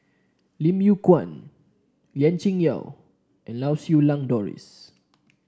Lim Yew Kuan Lien Ying Chow and Lau Siew Lang Doris